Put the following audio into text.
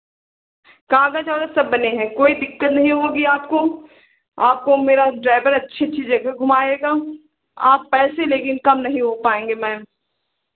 काग़ज वागज सब बने हैं कोई दिक्कत नहीं होगी आपको आप को मेरा ड्राइवर अच्छी अच्छी जगह घुमएगा आप पैसे लेकिन कम नहीं हो पाएंगे मैम